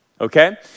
okay